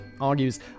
argues